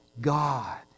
God